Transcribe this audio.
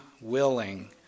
willing